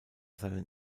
seinen